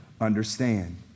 understand